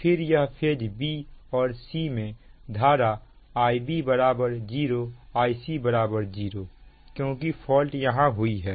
और फिर यह फेज b और c में धारा Ib 0 Ic 0 क्योंकि फॉल्ट यहां हुई है